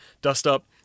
dust-up